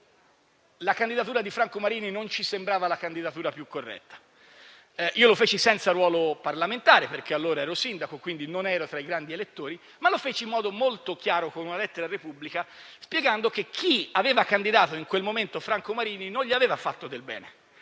perché la candidatura di Franco Marini non ci sembrava quella più corretta. Lo feci senza avere un ruolo parlamentare, perché allora ero sindaco, quindi non ero tra i grandi elettori, ma lo feci in modo molto chiaro, con una lettera a «la Repubblica», spiegando che chi aveva candidato in quel momento Franco Marini non gli aveva fatto del bene.